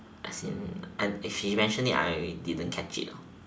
as in I she mention it I didn't catch it lor